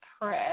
Press